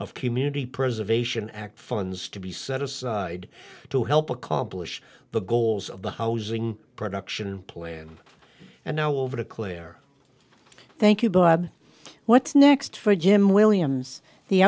of community preservation act funds to be set aside to help accomplish the goals of the housing production plan and now over to clare thank you what's next for jim williams the